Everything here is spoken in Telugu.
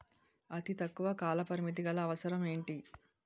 అతి తక్కువ కాల పరిమితి గల అవసరం ఏంటి